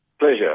Pleasure